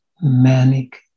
manic